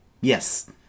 Yes